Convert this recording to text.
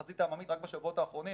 החזית העממית רק בשבועות האחרונים,